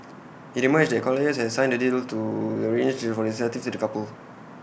IT emerged that colliers had signed the deal to arrange for the incentive to the couple